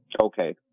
Okay